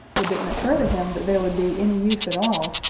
it didn't occur to him that there would be any use at all,